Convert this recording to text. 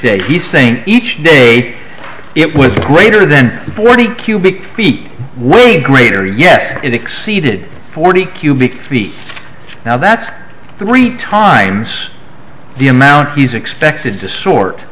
day he's saying each day it was greater than forty cubic feet way greater yes it exceeded forty cubic feet now that's three times the amount he's expected to sort